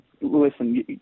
Listen